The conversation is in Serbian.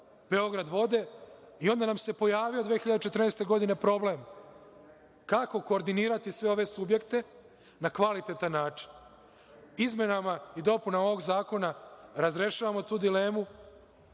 Beogradvode i onda nam se pojavio 2014. godine problem kako koordinirati sve ove subjekte na kvalitetan način. Izmenama i dopunama ovog zakona razrešavamo tu dilemu